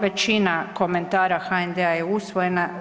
Većina komentara HND-a je usvojena.